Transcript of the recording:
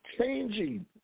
changing